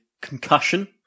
Concussion